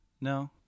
No